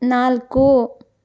ನಾಲ್ಕು